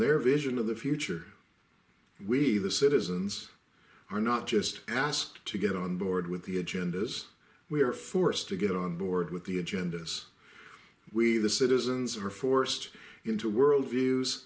their vision of the future we the citizens are not just asked to get on board with the agendas we are forced to get on board with the agendas we the citizens are forced into worldviews